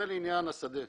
זה לעניין השדה.